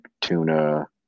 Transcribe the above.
tuna